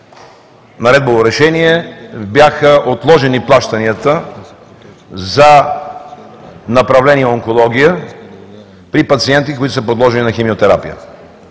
наредбово решение бяха отложени плащанията за направления онкология при пациенти, които са подложени на химиотерапия.